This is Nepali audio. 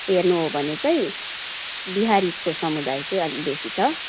हेर्नु हो भने चाहिँ बिहारीको समुदाय चाहिँ अलिक बेसी छ